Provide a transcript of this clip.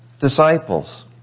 disciples